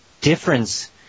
difference